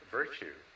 virtue